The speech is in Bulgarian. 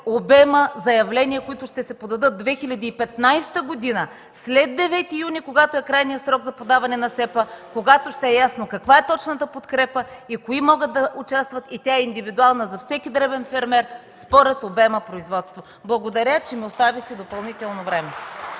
обема заявления, които ще се подадат 2015 г., след 9 юни, когато е крайният срок за подаване на SEPA – Единна зона за плащания в евро, когато ще е ясно каква е точната подкрепа и кои могат да участват. Тя е индивидуална за всеки дребен фермер според обема производство. Благодаря, че ми оставихте допълнително време.